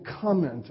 comment